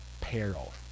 peril